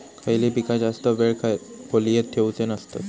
खयली पीका जास्त वेळ खोल्येत ठेवूचे नसतत?